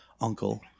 uncle